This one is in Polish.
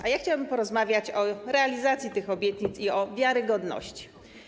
A ja chciałabym porozmawiać o realizacji tych obietnic i o wiarygodności.